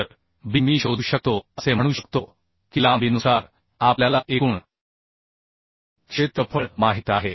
तर b मी शोधू शकतो असे म्हणू शकतो की लांबीनुसार आपल्याला एकूण क्षेत्रफळ माहित आहे